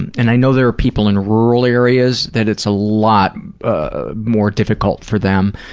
and i know there are people in rural areas that it's a lot ah more difficult for them.